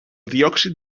diòxid